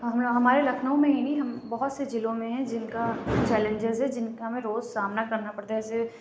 ہمیرا ہمارے لکھنؤ میں ہی نہیں ہم بہت سے ضلعوں میں ہیں جن کا چیلیجیز ہے جن کا ہمیں روز سامنا کرنا پڑتا ہے جیسے